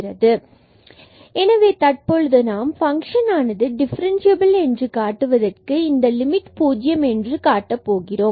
Differentiability ⟺ z dz 0ρx2y2 எனவே தற்பொழுது நாம் பங்க்ஷன் ஆனது டிஃபரென்ஸ்சியபில் என்று காட்டுவதற்கு இந்த லிமிட் பூஜ்ஜியம் என்று காட்டப் போகிறோம்